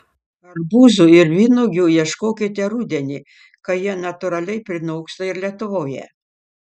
arbūzų ir vynuogių ieškokite rudenį kai jie natūraliai prinoksta ir lietuvoje